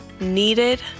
needed